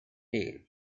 tail